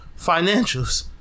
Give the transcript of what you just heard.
Financials